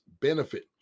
benefit